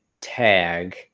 tag